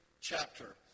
chapter